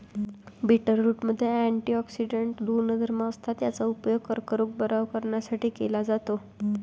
बीटरूटमध्ये अँटिऑक्सिडेंट गुणधर्म असतात, याचा उपयोग कर्करोग बरा करण्यासाठी केला जातो